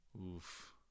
oof